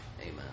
amen